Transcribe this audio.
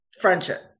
friendship